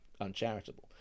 uncharitable